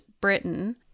Britain